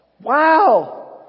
Wow